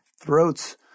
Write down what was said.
throats